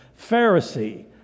Pharisee